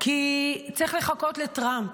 כי צריך לחכות לטראמפ.